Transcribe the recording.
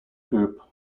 group